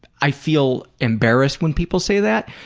i feel embarrassed when people say that,